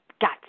got